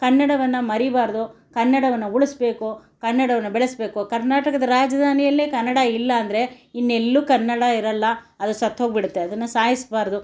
ಕನ್ನಡವನ್ನು ಮರೀಬಾರ್ದು ಕನ್ನಡವನ್ನು ಉಳಿಸಬೇಕು ಕನ್ನಡವನ್ನು ಬೆಳೆಸಬೇಕು ಕರ್ನಾಟಕದ ರಾಜಧಾನಿಯಲ್ಲೇ ಕನ್ನಡ ಇಲ್ಲ ಅಂದರೆ ಇನ್ನೆಲ್ಲೂ ಕನ್ನಡ ಇರಲ್ಲ ಅದು ಸತ್ತೋಗ್ಬಿಡತ್ತೆ ಅದನ್ನು ಸಾಯಿಸಬಾರದು